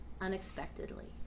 unexpectedly